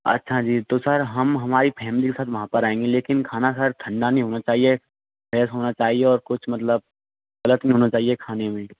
अच्छा जी तो सर हम हमारी फैमिली साथ वहाँ पर है लेकिन खाना सर ठंडा नहीं होना चाहिए फ्रेस होना चाहिए और कुछ मतलब गलत नहीं होना चाहिए खाने में